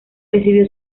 recibió